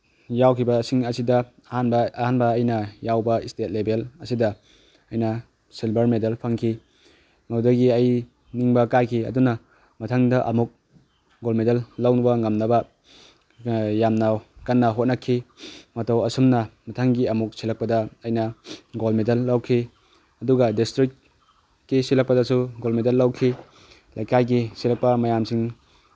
ꯌꯥꯎꯈꯤꯕꯁꯤꯡ ꯑꯁꯤꯗ ꯑꯍꯥꯟꯕ ꯑꯍꯥꯟꯕ ꯑꯩꯅ ꯌꯥꯎꯕ ꯏꯁꯇꯦꯠ ꯂꯦꯕꯦꯜ ꯑꯁꯤꯗ ꯑꯩꯅ ꯁꯤꯜꯚꯔ ꯃꯦꯗꯜ ꯐꯪꯈꯤ ꯃꯗꯨꯗꯒꯤ ꯑꯩ ꯅꯤꯡꯕ ꯀꯥꯏꯈꯤ ꯑꯗꯨꯅ ꯃꯊꯪꯗ ꯑꯃꯨꯛ ꯒꯣꯜ ꯃꯦꯗꯜ ꯂꯧꯕ ꯉꯝꯅꯕ ꯌꯥꯝꯅ ꯀꯟꯅ ꯍꯣꯠꯅꯈꯤ ꯃꯇꯧ ꯑꯁꯨꯝꯅ ꯃꯊꯪꯒꯤ ꯑꯃꯨꯛ ꯁꯤꯜꯂꯛꯄꯗ ꯑꯩꯅ ꯒꯣꯜ ꯃꯦꯗꯜ ꯂꯧꯈꯤ ꯑꯗꯨꯒ ꯗꯤꯁꯇ꯭ꯔꯤꯛ ꯀꯤ ꯁꯤꯜꯂꯛꯄꯗꯁꯨ ꯒꯣꯜ ꯃꯦꯗꯜ ꯂꯧꯈꯤ ꯂꯩꯀꯥꯏꯒꯤ ꯁꯤꯜꯂꯛꯄ ꯃꯌꯥꯝꯁꯤꯡ